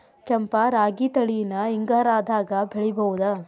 ಕೆಂಪ ರಾಗಿ ತಳಿನ ಹಿಂಗಾರದಾಗ ಬೆಳಿಬಹುದ?